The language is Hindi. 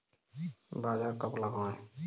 बाजरा कब लगाएँ?